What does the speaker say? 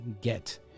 get